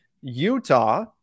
Utah